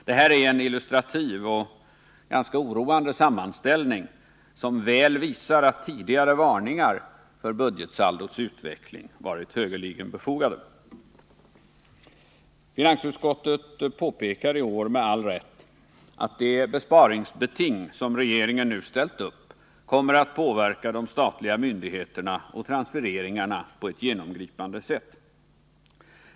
Det här är en illustrativ och ganska oroande sammanställning som väl visar att tidigare varningar för budgetsaldots utveckling varit högeligen befogade. Finansutskottet påpekar i år med all rätt att det besparingsbeting som regeringen nu ställt upp kommer att påverka de statliga myndigheterna och transfereringarna på ett genomgripande sätt.